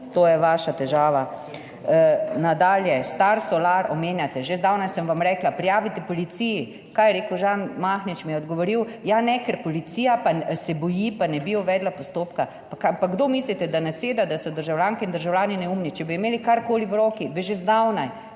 To je vaša težava. Nadalje, Star Solar omenjate že zdavnaj, sem vam rekla, prijavite policiji kaj je rekel. Žan Mahnič mi je odgovoril, ja, ne, ker policija pa se boji, pa ne bi uvedla postopka. Pa kdo mislite, da naseda, da so državljanke in državljani neumni? Če bi imeli karkoli v roki, bi že zdavnaj